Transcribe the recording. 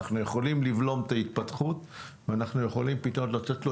אנחנו יכולים לבלום את ההתפתחות ואנחנו יכולים לתת,